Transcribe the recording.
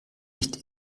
nicht